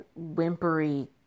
whimpery